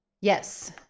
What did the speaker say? Yes